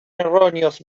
erróneos